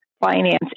finance